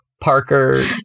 Parker